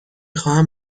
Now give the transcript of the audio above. خواهم